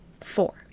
four